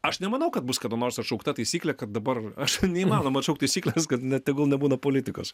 aš nemanau kad bus kada nors atšaukta taisyklė kad dabar aš neįmanoma atšaukt taisyklės kad ne tegul nebūna politikos